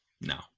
no